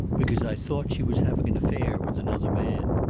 because i thought she was having an affair with another man.